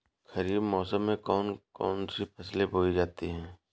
खरीफ मौसम में कौन कौन सी फसलें बोई जाती हैं?